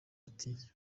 ati